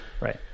Right